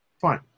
Fine